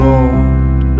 Lord